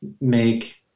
make